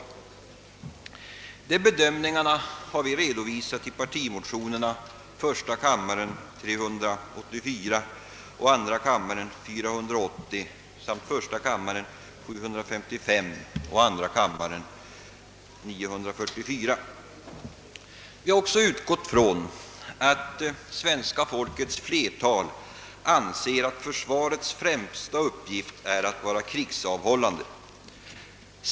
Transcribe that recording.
Dessa bedömningar har vi redovisat i motionerna 1: 384 och II:480 samt 1: 755 och II: 944. Vi har också utgått från att svenska folkets flertal anser att försvarets främsta uppgift är att vara krigsavhållande.